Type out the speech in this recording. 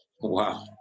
Wow